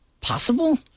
possible